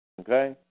Okay